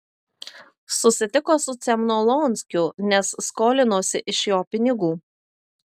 susitiko su cemnolonskiu nes skolinosi iš jo pinigų